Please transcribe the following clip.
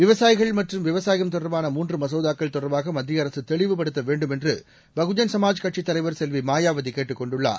விவசாயிகள் மற்றும் விவசாயம் தொடர்பான மூன்று மசோதாக்கள் தொடர்பாக மத்திய அரசு தெளிவுபடுத்த வேண்டும் என்று பகுஜன் சமாஜ் கட்சித் தலைவர் செல்வி மாயாவதி கேட்டுக் கொண்டுள்ளார்